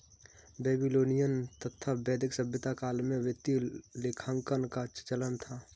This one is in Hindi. बेबीलोनियन तथा वैदिक सभ्यता काल में वित्तीय लेखांकन का चलन था